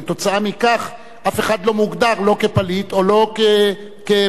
כתוצאה מכך אף אחד לא מוגדר לא כפליט ולא כמסתנן,